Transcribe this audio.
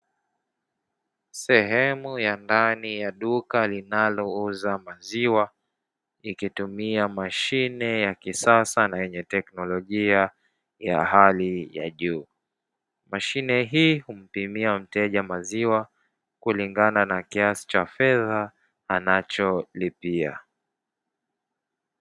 Sehemu ya ndani ya duka linalouza maziwa ikitumia mashine ya kisasa na yenye teknolojia ya hali ya juu, mashine hii humpimia mteja maziwa kulingana na kiasi cha fedha anacholipia.